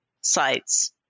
sites